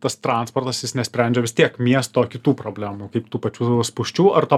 tas transportas jis nesprendžia vis tiek miesto kitų problemų kaip tų pačių spūsčių ar to